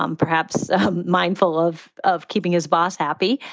um perhaps mindful of of keeping his boss happy,